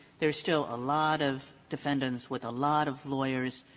there's still a lot of defendants with a lot of lawyers